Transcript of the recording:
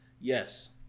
Yes